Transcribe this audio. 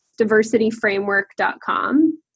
diversityframework.com